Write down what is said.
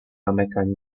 mechanism